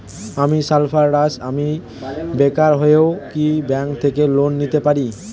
আমি সার্ফারাজ, আমি বেকার হয়েও কি ব্যঙ্ক থেকে লোন নিতে পারি?